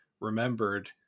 remembered